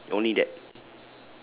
ya only that